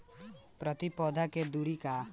प्रति पौधे के दूरी का होला?